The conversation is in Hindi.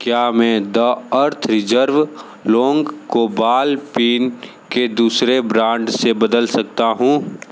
क्या मैं दा अर्थ रिजर्व लौंग को बाल पेन के दूसरे ब्रांड से बदल सकता हूँ